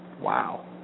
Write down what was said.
Wow